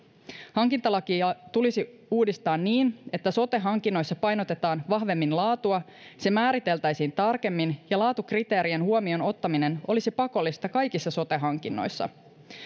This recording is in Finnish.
hankintalakia tulisi uudistaa niin että sote hankinnoissa painotetaan vahvemmin laatua se määriteltäisiin tarkemmin ja laatukriteerien huomioon ottaminen olisi pakollista kaikissa sote hankinnoissa